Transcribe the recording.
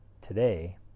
today